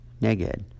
neged